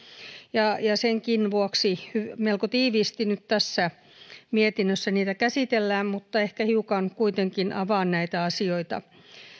ja senkin vuoksi melko tiiviisti nyt tässä mietinnössä niitä käsitellään mutta ehkä hiukan kuitenkin avaan näitä asioita